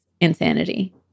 insanity